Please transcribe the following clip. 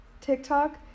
tiktok